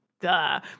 duh